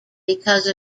because